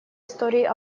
истории